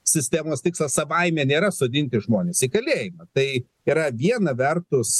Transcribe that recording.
sistemos tikslas savaime nėra sodinti žmones į kalėjimą tai yra viena vertus